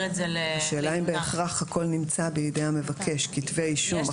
את זה --- השאלה היא אם בהכרח הכול נמצא בידי המבקש כתבי אישום,